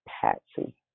Patsy